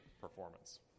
performance